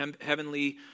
heavenly